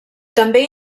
també